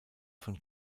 von